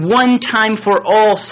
one-time-for-all